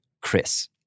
Chris